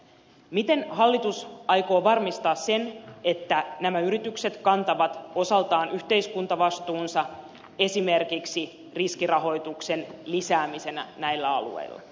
miten hallitus aikoo varmistaa sen että nämä yritykset kantavat osaltaan yhteiskuntavastuunsa esimerkiksi riskirahoituksen lisäämisenä näillä alueilla